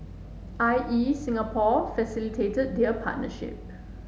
I E Singapore facilitated their partnership